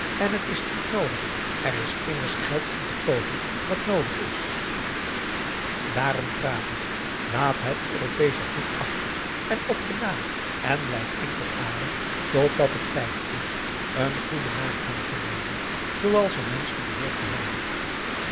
en het is niet noodig er is immers geld om te koopen wat noodig is dààrom vraag ik laat het europeesche goed achter en ook den naam en blijf enkel adam tot het tijd is een goeden naam aan te nemen zooals een mensch dien behoort te hebben